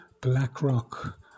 Blackrock